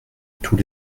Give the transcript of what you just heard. tous